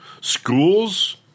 Schools